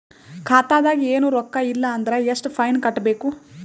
ಖಾತಾದಾಗ ಏನು ರೊಕ್ಕ ಇಲ್ಲ ಅಂದರ ಎಷ್ಟ ಫೈನ್ ಕಟ್ಟಬೇಕು?